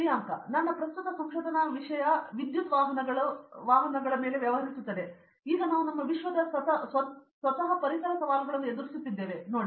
ಪ್ರಿಯಾಂಕಾ ನನ್ನ ಪ್ರಸ್ತುತ ಸಂಶೋಧನಾ ವಿಷಯ ವಿದ್ಯುತ್ ವಾಹನಗಳು ವ್ಯವಹರಿಸುತ್ತದೆ ಈಗ ನಾವು ನಮ್ಮ ವಿಶ್ವದ ಸ್ವತಃ ಪರಿಸರ ಸವಾಲುಗಳನ್ನು ಎದುರಿಸುತ್ತಿದೆ ಎಂದು ನೋಡಿ